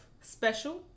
special